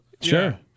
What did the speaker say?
Sure